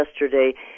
yesterday